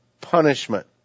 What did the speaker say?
punishment